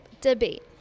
Debate